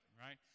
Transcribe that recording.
right